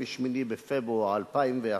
בפברואר 2011,